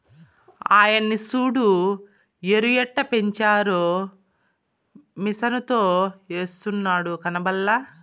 ఆయన్ని సూడు ఎరుయెట్టపెంచారో మిసనుతో ఎస్తున్నాడు కనబల్లా